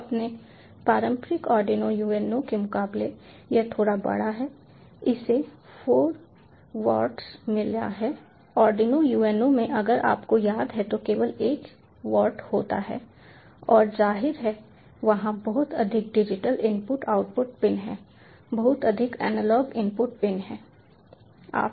तो अपने पारंपरिक आर्डिनो UNO के मुकाबले यह थोड़ा बड़ा है इसे 4 uarts मिला है आर्डिनो UNO में अगर आपको याद है तो केवल एक uart होता है और जाहिर है वहाँ बहुत अधिक डिजिटल इनपुट आउटपुट पिन हैं बहुत अधिक एनालॉग इनपुट पिन हैं